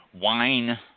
wine